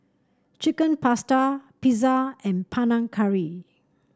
Chicken Pasta Pizza and Panang Curry